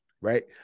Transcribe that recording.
Right